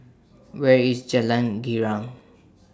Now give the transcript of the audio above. Where IS Jalan Girang